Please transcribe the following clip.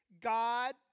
God